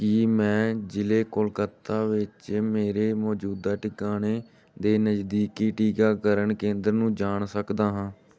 ਕੀ ਮੈਂ ਜ਼ਿਲ੍ਹੇ ਕੋਲਕਤਾ ਵਿੱਚ ਮੇਰੇ ਮੌਜੂਦਾ ਟਿਕਾਣੇ ਦੇ ਨਜ਼ਦੀਕੀ ਟੀਕਾਕਰਨ ਕੇਂਦਰ ਨੂੰ ਜਾਣ ਸਕਦਾ ਹਾਂ